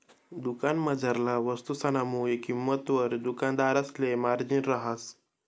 दुकानमझारला वस्तुसना मुय किंमतवर दुकानदारसले मार्जिन रहास